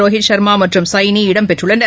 ரோஹித் ஷர்மா மற்றும் சைனி இடம்பெற்றுள்ளனர்